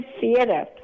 theater